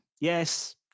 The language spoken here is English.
yes